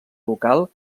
local